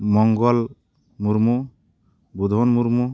Mangal Murmu Budhan Murmu